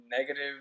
negative